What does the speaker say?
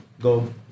go